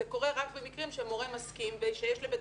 זה קורה רק במקרים שמורה מסכים וכשיש לבית